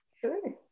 Sure